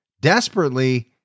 Desperately